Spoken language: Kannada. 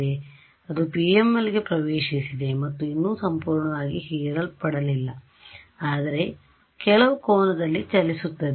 ತರಂಗ ಅದು PML ಗೆ ಪ್ರವೇಶಿಸಿದೆ ಮತ್ತು ಇನ್ನೂ ಸಂಪೂರ್ಣವಾಗಿ ಹೀರಲ್ಪಡಲಿಲ್ಲ ಆದರೆ ಕೆಲವು ಕೋನದಲ್ಲಿ ಚಲಿಸುತ್ತದೆ